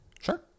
Sure